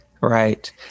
right